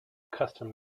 custom